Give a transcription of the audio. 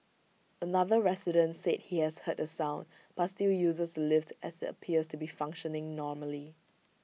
another resident said he has heard the sound but still uses the lift as IT appears to be functioning normally